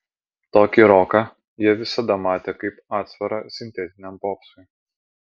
tokį roką jie visada matė kaip atsvarą sintetiniam popsui